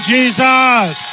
Jesus